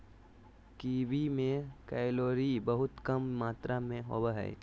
kiwi में calorie बहुत कम मात्र में होबो हइ